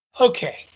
Okay